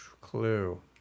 Clue